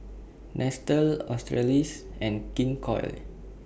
Nestle Australis and King Koil